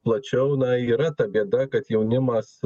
plačiau na yra ta bėda kad jaunimas